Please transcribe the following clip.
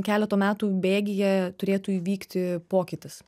keleto metų bėgyje turėtų įvykti pokytis